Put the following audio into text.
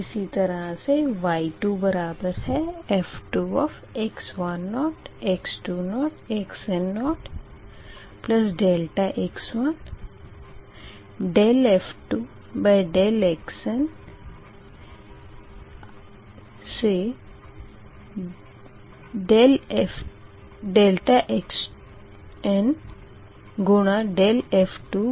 इसी तरह से y2 बराबर है f2x10 x20up to xn0 ∆x1df2dx1up to ∆xn df2dxn के